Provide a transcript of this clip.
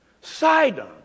Sidon